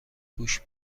گوش